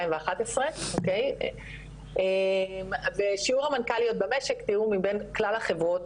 2011. ושיעור המנכ"ליות במשק תראו מבין כלל החברות,